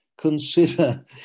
consider